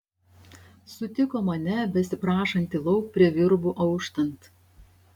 sutiko mane besiprašantį lauk prie virbų auštant